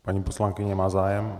Paní poslankyně má zájem?